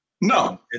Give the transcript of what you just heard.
No